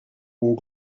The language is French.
aux